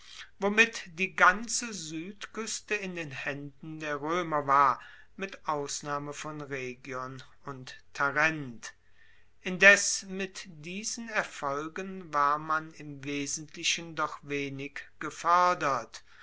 womit die ganze suedkueste in den haenden der roemer war mit ausnahme von rhegion und tarent indes mit diesen erfolgen war man im wesentlichen doch wenig gefoerdert